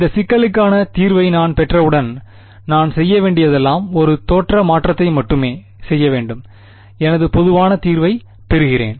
இந்த சிக்கலுக்கான தீர்வை நான் பெற்றவுடன் நான் செய்ய வேண்டியதெல்லாம் ஒரு தோற்ற மாற்றத்தை மட்டுமே செய்ய வேண்டும் எனது பொதுவான தீர்வைப் பெறுகிறேன்